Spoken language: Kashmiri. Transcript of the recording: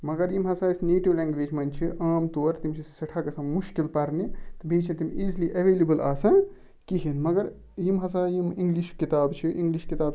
مَگَر یِم ہسا اسہِ نیٹِو لیٚنٛگویج مَنٛز چھِ عام طور تِم چھِ سٮ۪ٹھاہ گَژھان مشکل پَرنہِ تہٕ بیٚیہِ چھِنہٕ تِم ایٖزلی ایٚویلیبٕل آسان کِہیٖنۍ مگَر یِم ہسا یِم اِنٛگلش کِتابہٕ چھِ اِنٛگلِش کِتابہٕ چھِ